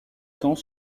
temps